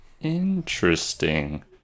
Interesting